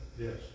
Yes